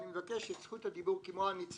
אני מבקש את זכות הדיבור כמו הנציגה.